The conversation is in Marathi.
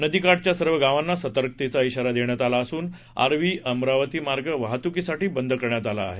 नदीकाठच्या सर्व गावांना सतर्कतेचा शिवारा देण्यात आला असून आर्वी अमरावती मार्ग वहातुकीसाठी बंद करण्यात आला आहे